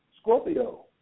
Scorpio